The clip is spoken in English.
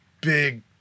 Big